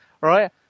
right